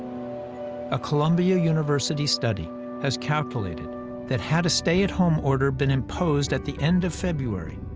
ah columbia university study has calculated that had a stay-at-home order been imposed at the end of february,